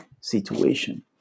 situation